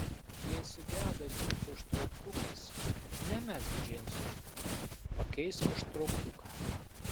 jei sugedo džinsų užtrauktukas nemesk džinsų pakeisk užtrauktuką